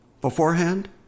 beforehand